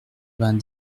vingt